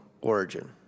origin